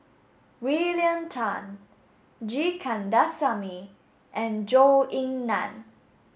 William Tan G Kandasamy and Zhou Ying Nan